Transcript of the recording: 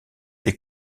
des